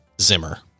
Zimmer